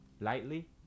Lightly